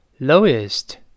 lowest